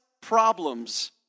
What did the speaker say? problems